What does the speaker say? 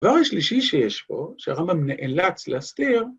‫הדבר השלישי שיש פה, ‫שהרמב״ם נאלץ להסתיר,